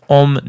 om